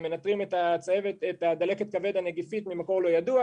הם מנטרים את דלקת הכבד הנגיפית ממקור לא ידוע,